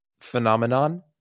phenomenon